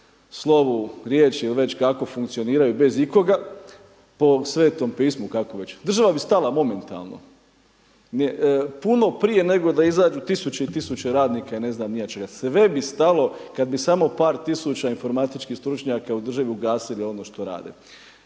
slovu riječi ili već kako funkcioniraju bez ikoga po Svetom pismu kako već država bi stala momentalno puno prije nego da izađu tisuće i tisuće radnika i ne znam ni ja čega. Sve bi stalo kad bi samo par tisuća informatičkih stručnjaka u državi ugasili ono što rade.